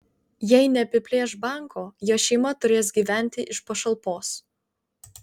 jei neapiplėš banko jo šeima turės gyventi iš pašalpos